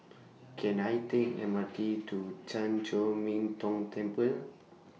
Can I Take M R T to Chan Chor Min Tong Temple